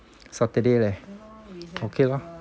saturday leh okay lor